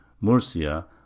murcia